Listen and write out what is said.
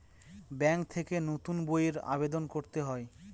bank থেকে নতুন বইয়ের আবেদন করতে হয়